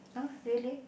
ah really